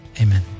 amen